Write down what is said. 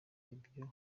ibyo